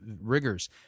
rigors